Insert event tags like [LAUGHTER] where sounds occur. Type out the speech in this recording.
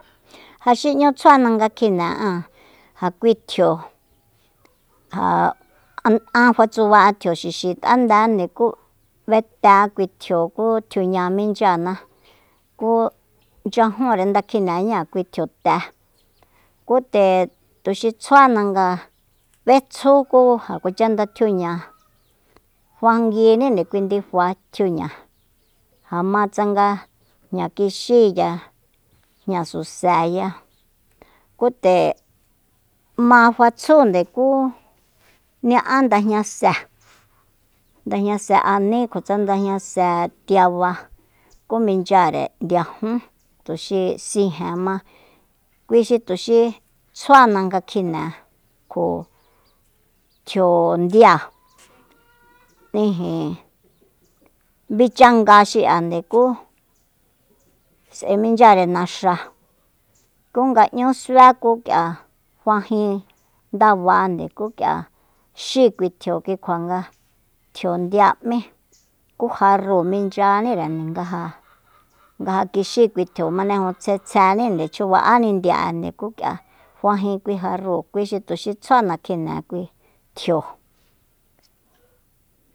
Ja xi 'ñu tsjuana nga kjine'an ja kui tjio ja an fatsuba'an tjio xixi t'andende ku b'eteé kui tjio ku tjiuña minchyana ku nchyajun nda kjineña kui tjio té ku nde tuxi tjuana nga b'etjú ku ja kuacha nda tjiuña fanguini kui ndifa tjiuña ja ma tsanga jña kixíya jña suseya ku nde ma fatsúnde ku ña'á ndajñase ndajñase aní kutsa ndajñase tiaba ku minchyare ndiajun tuxi sijen ma kuixi tuxi tsjuana nga kjine'an kjo tjio ndia [NOISE] ijin bichanga xi'a nde ku s'ae minchyare naxa ku nga 'ñu sué ku k'ia fajin ndaba ku k'ia xí kui tjio kikjua nga tjio ndia m'í ku jarrúu moinchyanire nga ja [NOISE] ngaja kixí kui tjio maneju tsjetsjeninde chjuba'ani ndia'ande ku k'ia fajin kui jarrúu kuixi tuxi tsjuana kjine'a kui tjio